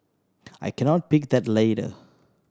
I cannot pick that ladder